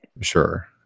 sure